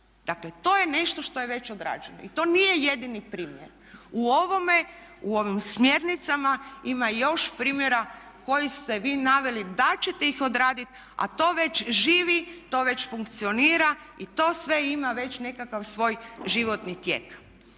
Dakle to je nešto što je već odrađeno i to nije jedini primjer. U ovome, u ovim smjernicama ima još primjera koje ste vi naveli da ćete ih odraditi a to već živi, to već funkcionira i to sve već ima nekakav svoj životni tijek.